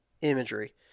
imagery